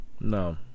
No